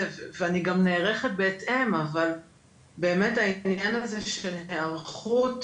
ואני גם נערכת בהתאם אבל באמת מעבר לעניין של היערכות,